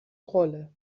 rolle